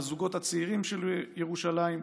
לזוגות הצעירים של ירושלים,